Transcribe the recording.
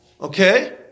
Okay